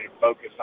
focus